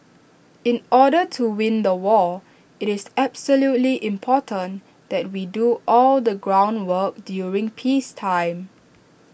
in order to win the war IT is absolutely important that we do all the groundwork during peacetime